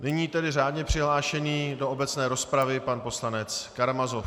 Nyní řádně přihlášený do obecné rozpravy pan poslanec Karamazov.